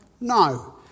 No